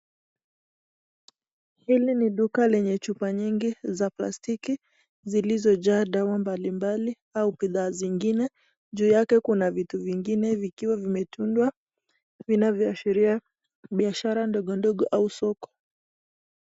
Hili ni duka lenye chupa nyingi za plastiki zilizo jaa dawa mbali mbali au bidhaa zingine, juu yake kuna vitu vingine vikiwa vimetundwa, vinavyo ashiria biashara ndogo ndogo au soko.